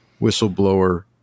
whistleblower